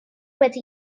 wedi